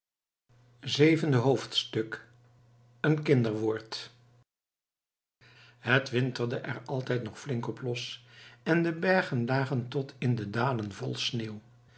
zevende hoofdstuk een kinderwoord het winterde er altijd nog flink op los en de bergen lagen tot in de dalen vol sneeuw